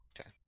Okay